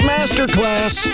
Masterclass